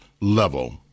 level